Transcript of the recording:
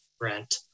rent